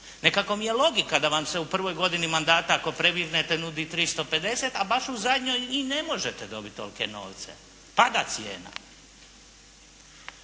Nekako mi je logika da vam se u prvoj godini mandata, ako previrete nudi 350, a baš u zadnjoj baš i ne možete dobiti tolike novce, pada cijena.